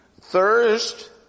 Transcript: Thirst